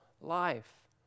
life